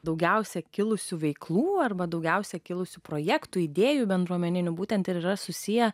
daugiausiai kilusių veiklų arba daugiausiai kilusių projektų idėjų bendruomeninių būtent ir yra susiję